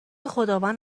خداوند